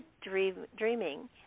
dreaming –